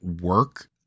work